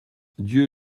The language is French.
dieu